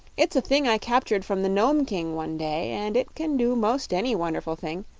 it's a thing i captured from the nome king one day, and it can do most any wonderful thing.